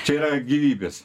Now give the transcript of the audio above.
čia yra gyvybės